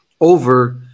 over